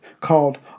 called